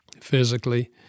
physically